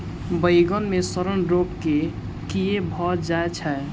बइगन मे सड़न रोग केँ कीए भऽ जाय छै?